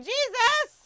Jesus